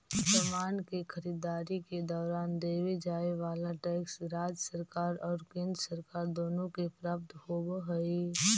समान के खरीददारी के दौरान देवे जाए वाला टैक्स राज्य सरकार और केंद्र सरकार दोनो के प्राप्त होवऽ हई